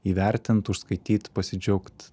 įvertint užskaityt pasidžiaugt